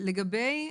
לגבי